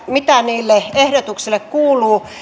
mitä niille ehdotuksille kuuluu